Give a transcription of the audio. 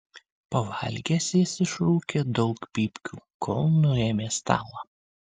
pavalgęs jis išrūkė daug pypkių kol nuėmė stalą